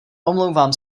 omlouvám